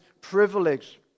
privilege